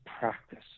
practice